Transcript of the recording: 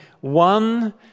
one